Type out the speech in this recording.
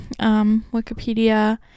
Wikipedia